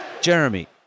Jeremy